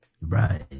right